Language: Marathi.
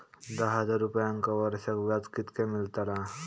दहा हजार रुपयांक वर्षाक व्याज कितक्या मेलताला?